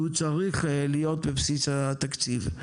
והוא צריך להיות בבסיס התקציב.